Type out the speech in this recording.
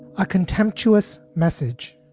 a contemptuous message.